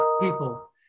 people